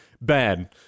bad